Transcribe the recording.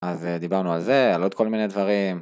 אז דיברנו על זה, על עוד כל מיני דברים.